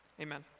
Amen